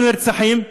היו נרצחים?